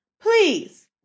please